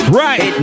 right